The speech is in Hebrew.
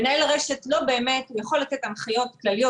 מנהל הרשת יכול לתת הנחיות כלליות,